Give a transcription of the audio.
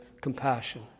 Compassion